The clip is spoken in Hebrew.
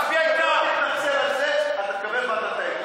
אם אתה לא תתנצל על זה אתה תקבל מטאטא.